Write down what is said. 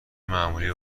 معمولی